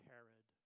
Herod